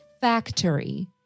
factory